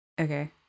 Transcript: Okay